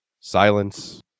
silence